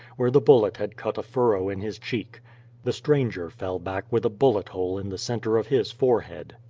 where the bullet had cut a furrow in his cheek the stranger fell back with a bullet hole in the center of his forehead.